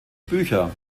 bücher